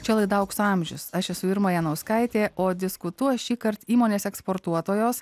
čia laidų aukso amžius aš esu irma janauskaitė o diskutuos šįkart įmonės eksportuotojos